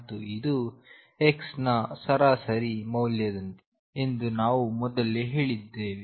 ಮತ್ತು ಇದು x ನ ಸರಾಸರಿ ಮೌಲ್ಯದಂತಿದೆ ಎಂದು ನಾವು ಮೊದಲೇ ಹೇಳಿದ್ದೇವೆ